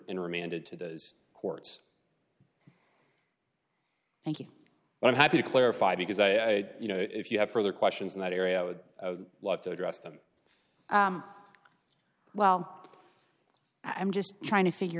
in remanded to those courts thank you and i'm happy to clarify because i you know if you have further questions in that area i would love to address them well i'm just trying to figure